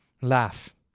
Laugh